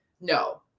no